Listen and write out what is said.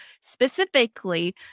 Specifically